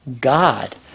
God